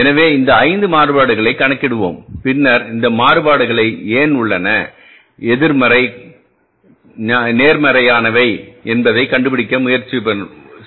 எனவே இந்த 5 மாறுபாடுகளை நாம் கணக்கிடுவோம் பின்னர் இந்த மாறுபாடுகள் ஏன் உள்ளன எதிர்மறை கூட நேர்மறையானவை என்பதைக் கண்டுபிடிக்க முயற்சிப்போம்